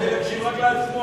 לא, הוא רוצה להקשיב רק לעצמו.